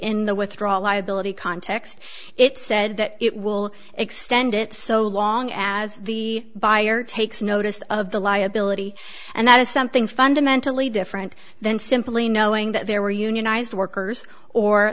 in the withdraw liability context it said that it will extend it so long as the buyer takes notice of the liability and that is something fundamentally different than simply knowing that there were unionized workers or